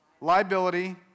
liability